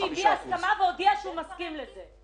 שהביע הסכמה והודיע שהוא מסכים על זה.